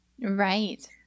Right